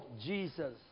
Jesus